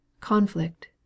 conflict